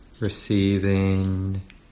receiving